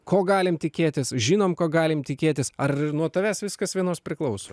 ko galim tikėtis žinom ko galim tikėtis ar nuo tavęs viskas vienos priklauso